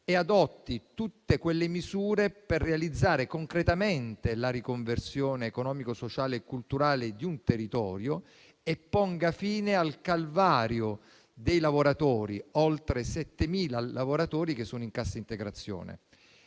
adotti tutte le misure per realizzare concretamente la riconversione economica, sociale e culturale del territorio e ponga fine al calvario degli oltre 7.000 lavoratori in cassa integrazione.